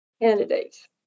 Candidates